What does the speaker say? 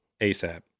ASAP